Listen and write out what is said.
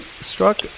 struck